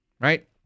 right